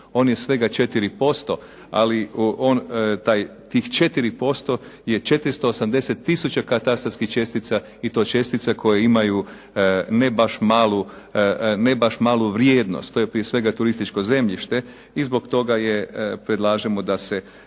On je svega 4%, ali on, tih 4% je 480 tisuća katastarskih čestica i to čestica koje imaju ne baš malu vrijednost. To je prije svega turističko zemljište i zbog toga predlažemo da se